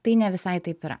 tai ne visai taip yra